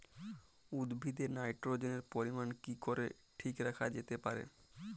উদ্ভিদে নাইট্রোজেনের পরিমাণ কি করে ঠিক রাখা যেতে পারে?